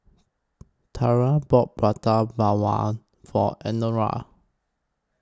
Tarah bought Prata Bawang For Eleonora